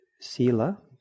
sila